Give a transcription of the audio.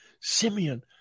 Simeon